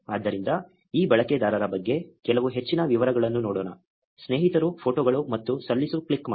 ಆದ್ದರಿಂದ ಈ ಬಳಕೆದಾರರ ಬಗ್ಗೆ ಕೆಲವು ಹೆಚ್ಚಿನ ವಿವರಗಳನ್ನು ನೋಡೋಣ ಸ್ನೇಹಿತರು ಫೋಟೋಗಳು ಮತ್ತು ಸಲ್ಲಿಸು ಕ್ಲಿಕ್ ಮಾಡಿ